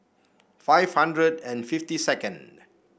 five hundred and fifty second